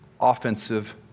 offensive